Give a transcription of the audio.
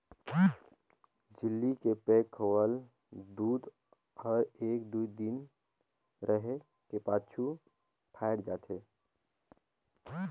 झिल्ली के पैक होवल दूद हर एक दुइ दिन रहें के पाछू फ़ायट जाथे